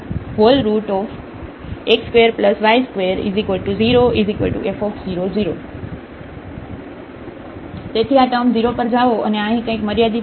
x2y2cos 1x2y2 0f00 તેથી આ term 0 પર જાઓ અને આ અહીં કંઈક મર્યાદિત કંઈક છે